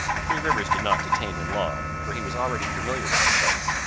three rivers did not detain him long, for he was already familiar with the place,